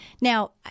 Now